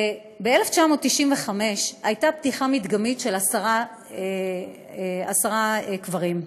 וב-1995 הייתה פתיחה מדגמית של עשרה קברים.